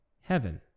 heaven